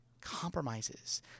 compromises